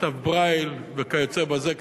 לכתב ברייל וכיוצא בזה,